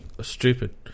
Stupid